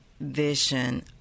vision